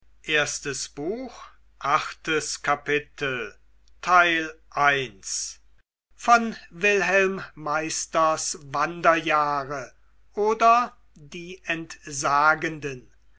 goethe wilhelm meisters wanderjahre oder die entsagenden